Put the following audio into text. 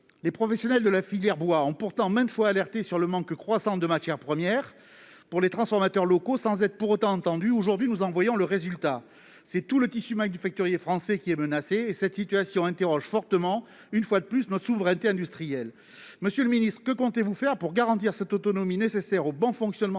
Les professionnels de la filière bois ont pourtant maintes fois alerté sur le manque croissant de matières premières pour les transformateurs locaux, sans être pour autant entendus. Aujourd'hui, nous en voyons le résultat : c'est tout le tissu manufacturier français qui est menacé et, une fois de plus, cette situation met fortement en cause notre souveraineté industrielle. Monsieur le ministre, que comptez-vous faire pour garantir cette autonomie nécessaire au bon fonctionnement